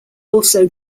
also